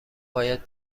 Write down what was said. باید